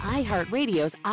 iHeartRadio's